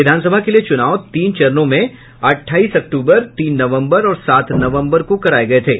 विधानसभा के लिए चुनाव तीन चरणों में अट्ठाईस अक्तूबर तीन नवम्बर और सात नवम्बर को कराए गए थे